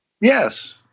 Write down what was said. Yes